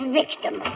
victim